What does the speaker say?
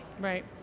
Right